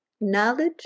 Knowledge